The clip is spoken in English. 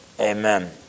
amen